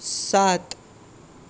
સાત